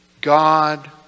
God